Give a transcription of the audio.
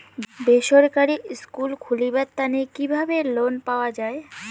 বেসরকারি স্কুল খুলিবার তানে কিভাবে লোন পাওয়া যায়?